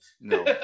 No